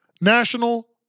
National